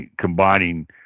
combining